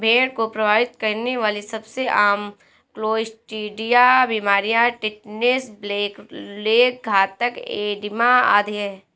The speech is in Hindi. भेड़ को प्रभावित करने वाली सबसे आम क्लोस्ट्रीडिया बीमारियां टिटनेस, ब्लैक लेग, घातक एडिमा आदि है